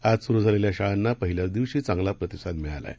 आजसुरूझालेल्याशाळांनापहिल्याचदिवशीचांगलाप्रतिसादमिळालाआहे